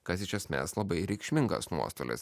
kas iš esmės labai reikšmingas nuostolis